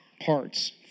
parts